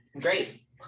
great